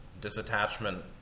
disattachment